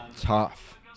tough